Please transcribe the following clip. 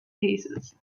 cases